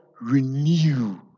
Renew